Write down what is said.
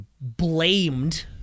blamed